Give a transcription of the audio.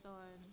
on